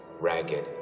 Ragged